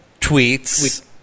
tweets